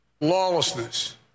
lawlessness